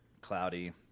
cloudy